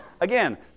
Again